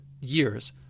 years